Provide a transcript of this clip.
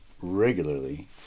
regularly